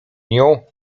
nią